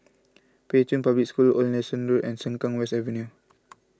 Pei Chun Public School Old Nelson Road and Sengkang West Avenue